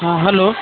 हँ हलो